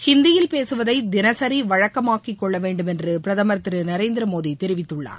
ஹிந்தியில் பேசுவதை தினசரி வழக்கமாக்கிக் கொள்ளவேண்டும் என்று பிரதமர் திரு நரேந்திரமோடி தெரிவித்துள்ளார்